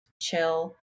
chill